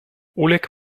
oleg